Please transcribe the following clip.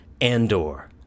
andor